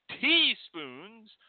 teaspoons